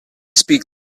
speak